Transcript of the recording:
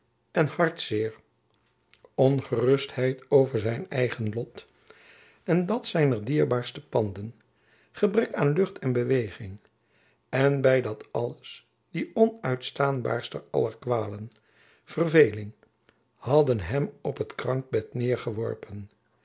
en hartzeer ongerustheid over zijn eigen lot en dat zijner dierbaarste panden gebrek aan lucht en beweging en by dat alles die onuitstaanbaarste aller kwalen verveeling hadden hem op het krankbed neêrgeworpen